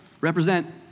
Represent